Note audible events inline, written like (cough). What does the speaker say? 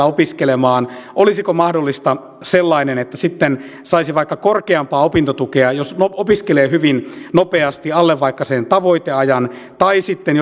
(unintelligible) opiskelemaan olisiko mahdollista sellainen että sitten saisi vaikka korkeampaa opintotukea jos opiskelee hyvin nopeasti vaikka alle sen tavoiteajan tai sitten (unintelligible)